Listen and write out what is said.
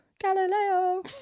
galileo